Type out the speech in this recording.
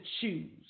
choose